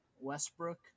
Westbrook